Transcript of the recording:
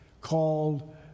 called